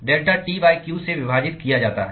delta T q से विभाजित किया जाता है